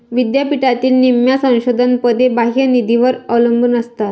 विद्यापीठातील निम्म्या संशोधन पदे बाह्य निधीवर अवलंबून असतात